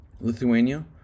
Lithuania